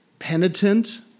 Penitent